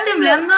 temblando